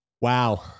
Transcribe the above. Wow